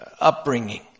upbringing